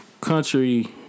Country